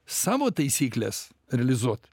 savo taisykles realizuot